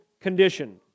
condition